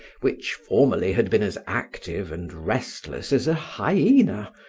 which formerly had been as active and restless as a hyaena,